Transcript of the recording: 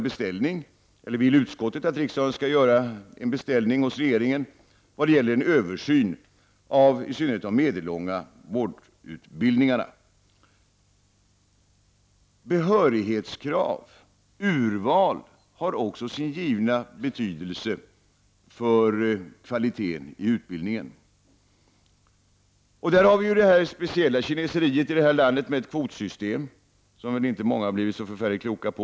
Utskottet vill att riksdagen skall göra en beställning hos regeringen om en översyn av i synnerhet de medellånga vårdutbildningarna. Behörighetskrav och urval har givetvis också sin betydelse för kvaliteten i utbildningen. Där har vi ju i det här landet det speciella kineseriet med ett kvotsystem, som väl inte många har blivit så förfärligt kloka på.